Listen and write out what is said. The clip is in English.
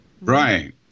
Right